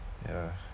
ya